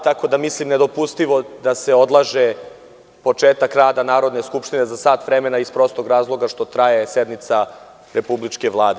Tako da mislim da je nedopustivo da se odlaže početak rada Narodne skupštine za sat vremena iz prostog razloga što traje sednica republičke Vlade.